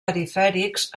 perifèrics